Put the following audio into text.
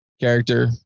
character